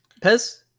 Pez